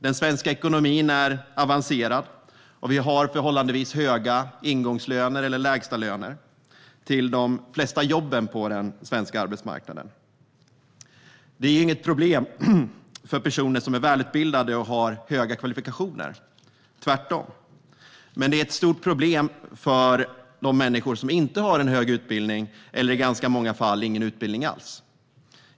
Den svenska ekonomin är avancerad, och vi har förhållandevis höga ingångslöner eller lägstalöner för de flesta jobben på den svenska arbetsmarknaden. Det är ju inget problem för personer som är välutbildade och har höga kvalifikationer - tvärtom. Men det är ett stort problem för de människor som inte har en hög utbildning eller i ganska många fall ingen utbildning alls.